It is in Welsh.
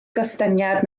gostyngiad